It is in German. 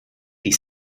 die